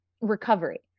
recovery